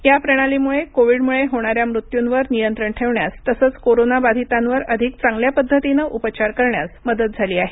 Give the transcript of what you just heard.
या प्रणालीमुळे कोविडमुळे होणाऱ्या मृत्यूंवर नियंत्रण ठेवण्यास तसंच कोरोना बाधितांवर अधिक चांगल्या पद्धतीनं उपचार करण्यास मदत झाली आहे